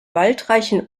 waldreichen